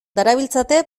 darabiltzate